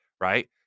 right